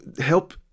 help